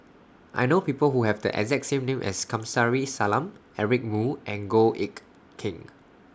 I know People Who Have The exact name as Kamsari Salam Eric Moo and Goh Eck Kheng